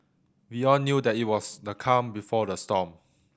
we all knew that it was the calm before the storm